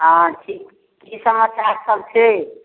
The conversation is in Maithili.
हँ ठीक की समाचारसभ छै